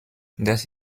das